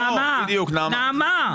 אוה, בדיוק, נעמה --- נעמה.